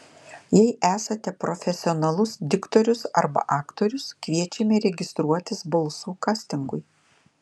jei esate profesionalus diktorius arba aktorius kviečiame registruotis balsų kastingui